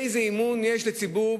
איזה אמון יש לציבור